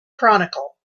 chronicle